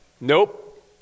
Nope